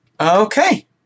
Okay